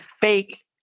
fake